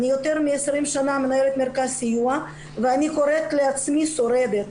אני יותר מ-20 שנה מנהלת מרכז סיוע ואני קוראת לעצמי 'שורדת'.